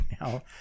now